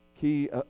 key